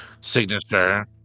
signature